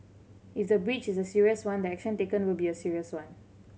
if the breach is a serious one the action taken will be a serious one